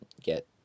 get